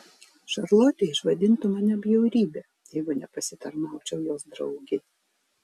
šarlotė išvadintų mane bjaurybe jeigu nepasitarnaučiau jos draugei